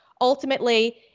ultimately